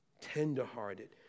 tenderhearted